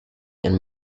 and